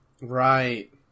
Right